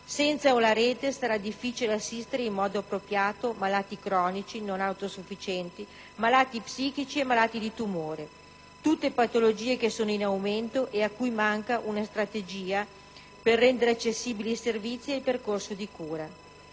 Senza la rete, sarà difficile assistere in modo appropriato malati cronici, non autosufficienti, malati psichici e malati di tumore: tutte patologie che sono in aumento e a cui manca una strategia per rendere accessibili i servizi e il percorso di cura.